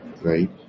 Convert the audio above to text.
right